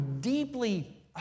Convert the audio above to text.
deeply